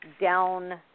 down